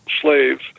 slaves